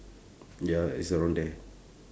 ya is around there